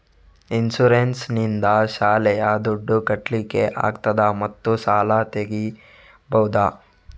Insurance ನಿಂದ ಶಾಲೆಯ ದುಡ್ದು ಕಟ್ಲಿಕ್ಕೆ ಆಗ್ತದಾ ಮತ್ತು ಸಾಲ ತೆಗಿಬಹುದಾ?